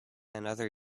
another